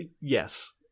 Yes